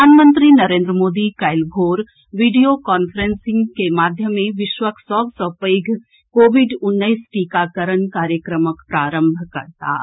प्रधानमंत्री नरेन्द्र मोदी काल्हि भोर वीडियो कांफ्रेंसिंगक माध्यमे विश्वक सभ सँ पैघ कोविड उन्नैस टीकाकरण कार्यक्रमक प्रारंभ करताह